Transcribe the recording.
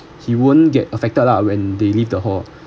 he won't get affected lah when they leave the hall